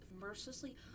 mercilessly